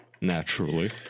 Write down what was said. Naturally